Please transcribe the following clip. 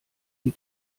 die